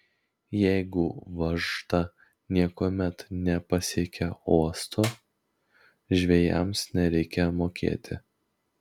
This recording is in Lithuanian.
jeigu važta niekuomet nepasiekia uosto žvejams nereikia mokėti